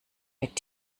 mit